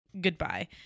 Goodbye